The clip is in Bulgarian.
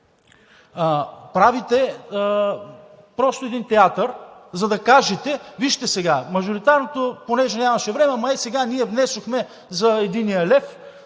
правите просто един театър, за да кажете: вижте сега, мажоритарното понеже нямаше време, ама ей сега ние внесохме за единия лев,